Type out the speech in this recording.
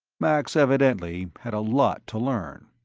max evidently had a lot to learn.